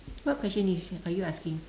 what question is are you asking